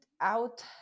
out